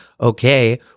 okay